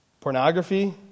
pornography